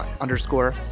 underscore